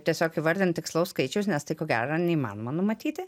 tiesiog įvardint tikslaus skaičiaus nes tai ko gero neįmanoma numatyti